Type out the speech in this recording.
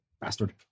bastard